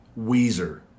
Weezer